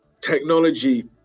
technology